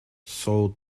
sold